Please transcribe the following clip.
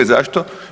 Zašto?